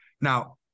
Now